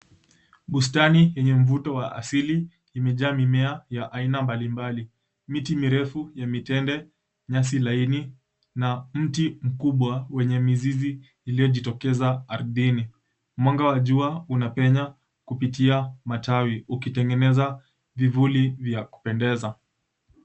Bustani yenye mvuto wa asili imejaa mimea ya aina mbalimbali, miti mirefu ya mitende, nyasi laini na mti mkubwa wenye mizizi iliyojitokeza ardini. Mwanga wa jua unapenya kupitia matawi ukitengeneza vivuli vya kupendeza.